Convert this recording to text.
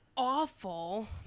Awful